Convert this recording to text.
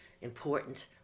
important